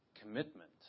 commitment